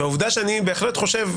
והעובדה שאני בהחלט חושב,